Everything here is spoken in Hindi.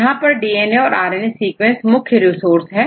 यहां पर डीएनए और आरएनए सीक्वेंस मुख्य रीसोर्स है